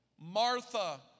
Martha